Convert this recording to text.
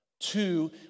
Two